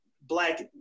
black